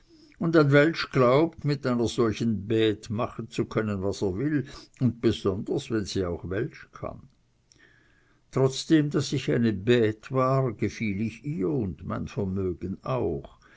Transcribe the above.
und ein weltsch glaubt mit einer solchen bte machen zu können was er will und besonders wenn sie auch weltsch kann trotzdem daß ich eine bte war gefiel ich ihr und mein vermögen auch